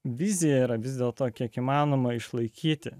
vizija yra vis dėlto kiek įmanoma išlaikyti